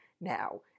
now